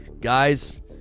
guys